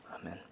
Amen